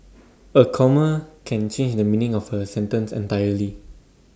A comma can change the meaning of A sentence entirely